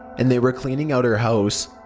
and they were cleaning out her house,